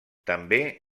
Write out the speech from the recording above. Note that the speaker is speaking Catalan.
també